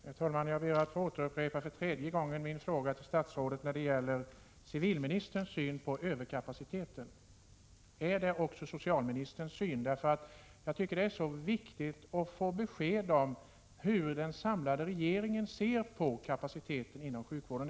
Herr talman! Jag ber att för tredje gången få upprepa min fråga, om civilministerns syn på överkapaciteten också är socialministerns syn. Jag tycker att det är viktigt att få besked om hur den samlade regeringen ser på kapaciteten inom sjukvården.